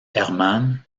hermann